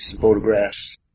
photographs